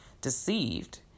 deceived